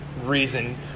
reason